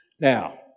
Now